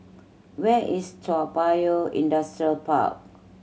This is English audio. where is Toa Payoh Industrial Park